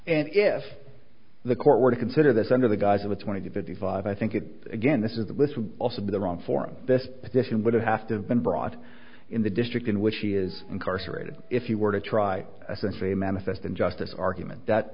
and if the court were to consider this under the guise of a twenty to fifty five i think it again this is that this would also be the wrong forum this petition would have to have been brought in the district in which he is incarcerated if you were to try a century manifest injustice argument that